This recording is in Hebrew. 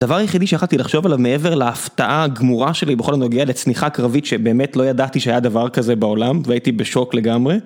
הדבר היחידי שיכלתי לחשוב עליו מעבר להפתעה הגמורה שלי בכל הנוגע לצניחה קרבית שבאמת לא ידעתי שהיה דבר כזה בעולם והייתי בשוק לגמרי.